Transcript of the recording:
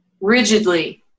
rigidly